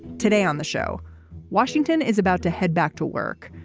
today on the show washington is about to head back to work.